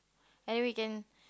every weekend